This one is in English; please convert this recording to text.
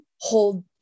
hold